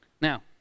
now